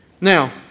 Now